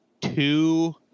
two